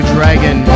Dragon